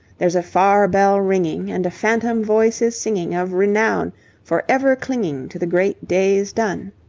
there's a far bell ringing, and a phantom voice is singing of renown for ever clinging to the great days done.